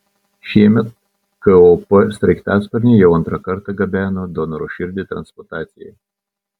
šiemet kop sraigtasparniai jau antrą kartą gabeno donoro širdį transplantacijai